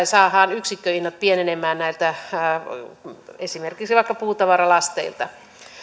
saadaan yksikköhinnat pienenemään esimerkiksi vaikka näiltä puutavaralasteilta